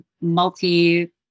multi-